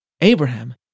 Abraham